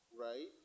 Right